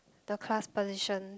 the class position